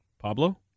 Pablo